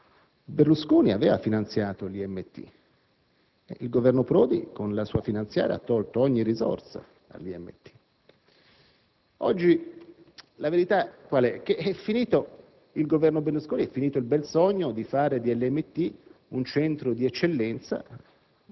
Berlusconi aveva finanziato l'IMT; il Governo Prodi, con la sua finanziaria, ha tolto ogni risorsa all'IMT. Oggi la verità è che, finito il Governo Berlusconi, è finito il bel sogno di fare dell'IMT un centro di eccellenza